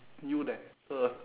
you there sir